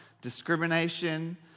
discrimination